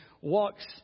walks